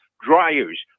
dryers